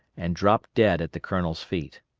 and dropped dead at the colonel's feet.